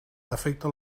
afecte